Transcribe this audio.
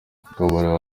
kabarebe